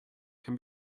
can